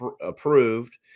approved